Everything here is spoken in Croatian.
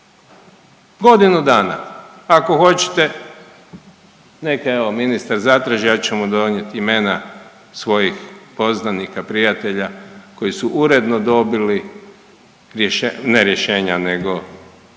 godinu dana. Ako hoćete, neka evo ministar zatraži, ja ću mu donijet imena svojih poznanika, prijatelja koji su uredno dobili rješe…, ne rješenja nego